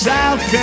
South